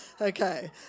Okay